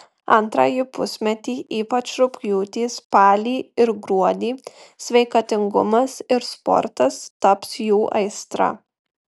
antrąjį pusmetį ypač rugpjūtį spalį ir gruodį sveikatingumas ir sportas taps jų aistra